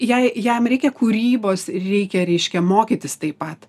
jai jam reikia kūrybos reikia reiškia mokytis taip pat